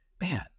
man